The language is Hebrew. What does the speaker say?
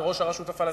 ראש הרשות הפלסטינית,